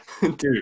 Dude